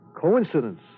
coincidence